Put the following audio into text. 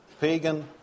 pagan